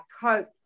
cope